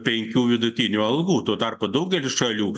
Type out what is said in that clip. penkių vidutinių algų tuo tarpu daugelis šalių